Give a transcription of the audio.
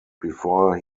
before